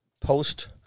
post